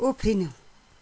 उफ्रिनु